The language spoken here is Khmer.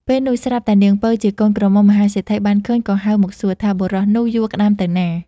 ពេលនោះស្រាប់តែនាងពៅជាកូនក្រមុំមហាសេដ្ឋីបានឃើញ ក៏ហៅមកសួរថា បុរសនោះយួរក្ដាមទៅណា។